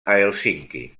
hèlsinki